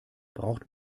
braucht